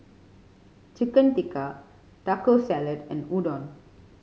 Chicken Tikka Taco Salad and Udon